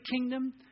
kingdom